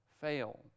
fail